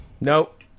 Nope